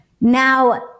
Now